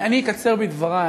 אקצר בדברי.